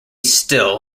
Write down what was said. still